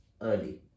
early